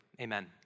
amen